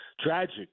tragic